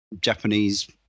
Japanese